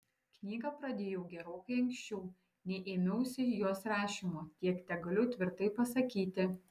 knygą pradėjau gerokai anksčiau nei ėmiausi jos rašymo tiek tegaliu tvirtai pasakyti